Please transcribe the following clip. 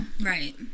Right